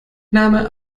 name